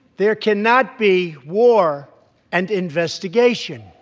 there cannot be war and investigation.